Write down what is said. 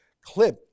clip